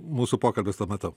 mūsų pokalbis tuo metu